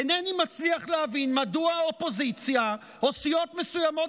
אינני מצליח להבין מדוע האופוזיציה או סיעות מסוימות